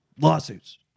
Lawsuits